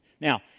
now